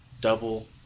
double